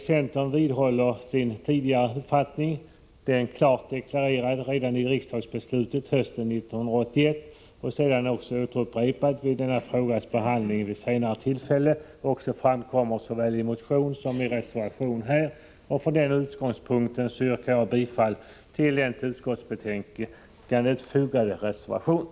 Centern vidhåller sin tidigare uppfattning, som klart deklarerades vid riksdagsbeslutet hösten 1981 och som sedan upprepades vid denna frågas behandling vid senare tillfälle. Den har också framförts såväl i motion som i reservation. Från denna utgångspunkt yrkar jag bifall till den reservation som är fogad till utskottsbetänkandet.